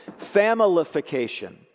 familification